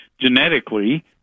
genetically